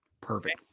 Perfect